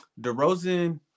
DeRozan